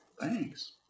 Thanks